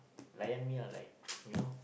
layan me ah like you know